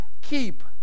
keep